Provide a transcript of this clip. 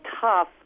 tough